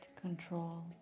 control